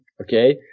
Okay